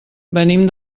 venim